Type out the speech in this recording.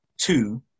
Two